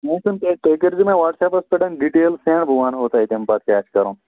موسم تہِ آسہِ تُہۍ کٔرۍزِ مےٚ وَٹسیپَس پٮ۪ٹھ ڈِٹیلہٕ سٮ۪نٛڈ بہٕ وَنہو تۄہہِ تَمہِ پتہٕ کیٛاہ آسہِ کَرُن